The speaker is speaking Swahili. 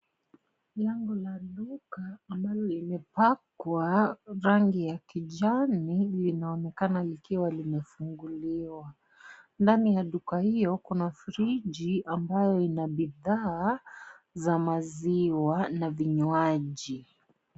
Lango la duka ambalo limepakwa rangi ya kijani linaonekana likiwa limefunguliwa . Ndani ya duka hiyo kuna friji ambayo ina bidhaa za maziwa na vinywaji.